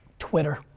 twitter.